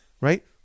Right